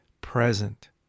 present